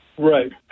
Right